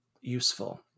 useful